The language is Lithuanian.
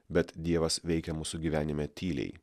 bet dievas veikia mūsų gyvenime tyliai